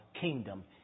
kingdom